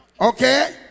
Okay